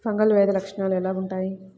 Fungal వ్యాధి లక్షనాలు ఎలా వుంటాయి?